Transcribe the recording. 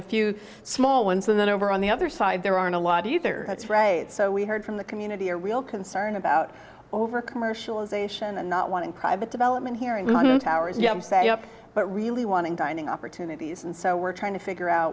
a few small ones and then over on the other side there aren't a lot do you think that's right so we heard from the community a real concern about overcommercialization and not wanting private development here in one tower as you have set up but really wanting dining opportunities and so we're trying to figure out